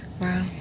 Wow